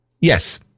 Yes